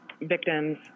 victims